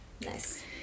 nice